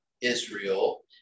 Israel